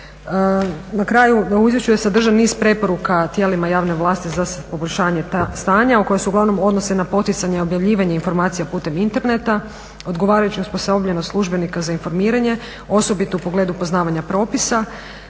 Na kraju, u izvješću je sadržan niz preporuka tijelima javne vlasti za poboljšanje stanja koje se uglavnom odnose na poticanje i objavljivanje informacija putem interneta, odgovarajuća osposobljenost službenika za informiranje, osobito u pogledu poznavanja propisa,